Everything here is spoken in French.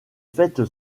fête